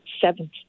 seventh